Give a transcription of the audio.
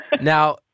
Now